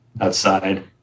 outside